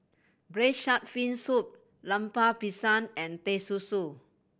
Braised Shark Fin Soup Lemper Pisang and Teh Susu